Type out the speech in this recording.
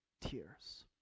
tears